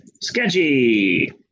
Sketchy